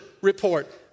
report